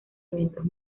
eventos